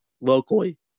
locally